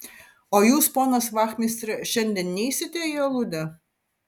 o jūs ponas vachmistre šiandien neisite į aludę